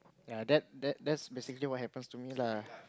ya that that that's basically what happens to me lah